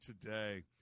today